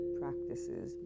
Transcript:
practices